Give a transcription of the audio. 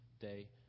day